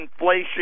inflation